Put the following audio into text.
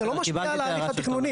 אני חייב להגיד שמכיוון שזה פוטר ומאזן,